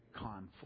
conflict